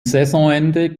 saisonende